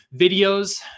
videos